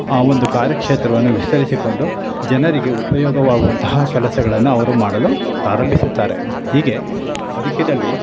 ಆ ಒಂದು ಕಾರ್ಯಕ್ಷೇತ್ರವನ್ನು ವಿಸ್ತರಿಸಿಕೊಂಡು ಜನರಿಗೆ ಉಪಯೋಗವಾಗುವಂತಹ ಕೆಲಸಗಳನ್ನು ಅವರು ಮಾಡಲು ಪ್ರಾರಂಭಿಸುತ್ತಾರೆ ಹೀಗೆ ಬದುಕಿದ್ದಲ್ಲಿ